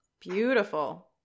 Beautiful